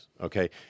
Okay